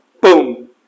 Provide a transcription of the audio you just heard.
boom